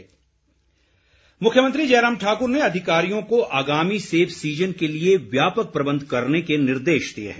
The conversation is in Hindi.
सेब सीजन मुख्यमंत्री जयराम ठाक्र ने अधिकारियों को आगामी सेब सीजन के लिए व्यापक प्रबंध करने की निर्देश दिए हैं